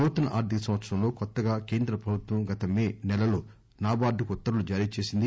నూతన ఆర్గిక సంవత్సరంలో కొత్తగా కేంద్ర ప్రభుత్వం గత మే నెలలో నాబార్డుకు ఉత్తర్వులు జారీ చేసింది